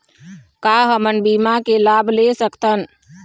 का हमन बीमा के लाभ ले सकथन?